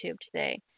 today